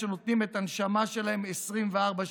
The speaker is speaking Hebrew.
שנותנים את הנשמה שלהם 24/7,